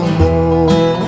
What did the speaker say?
more